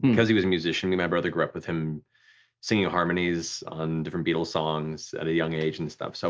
because he was a musician, me and my brother grew up with him singing harmonies on different beatles songs at a young age and stuff, so